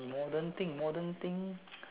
modern thing modern thing